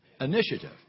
initiative